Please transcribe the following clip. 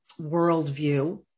worldview